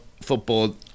football